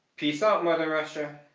peace out mother russia!